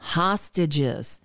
hostages